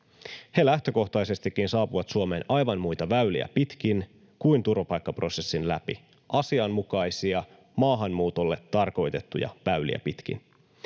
He lähtökohtaisestikin saapuvat Suomeen aivan muita väyliä pitkin kuin turvapaikkaprosessin läpi — asianmukaisia maahanmuutolle tarkoitettuja väyliä pitkin.